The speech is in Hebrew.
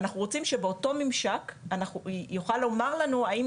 אנחנו רוצים שאותו הממשק יוכל לומר לנו האם